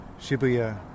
Shibuya